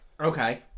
Okay